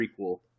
prequel